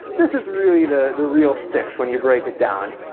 this is really the the real six when you break it down.